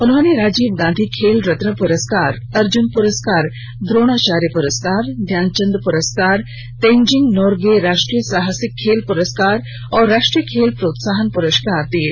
उन्होंने राजीव गांधी खेल रत्न पुरस्कार अर्जुन पुरस्कार द्रोणाचार्य पुरस्कार ध्यानचंद पुरस्कार तेनजिंग नोरगे राष्ट्रीय साहसिक खेल पुरस्कार और राष्ट्रीय खेल प्रोत्साहन पुरस्कार प्रदान किये